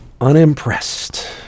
unimpressed